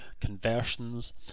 conversions